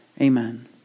Amen